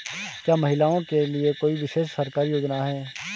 क्या महिलाओं के लिए कोई विशेष सरकारी योजना है?